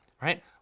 right